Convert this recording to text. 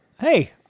Hey